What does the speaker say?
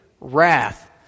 wrath